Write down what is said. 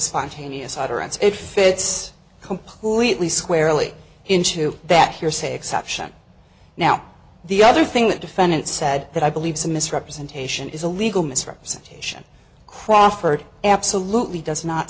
spontaneous utterance it fits completely squarely into that hearsay exception now the other thing that defendant said that i believe some misrepresentation is a legal misrepresentation crawford absolutely does not